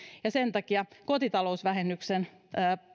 ja sen takia kotitalousvähennyksen